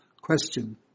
Question